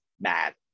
bad